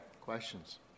questions